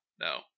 no